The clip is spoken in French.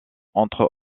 entre